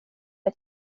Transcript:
ett